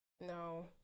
No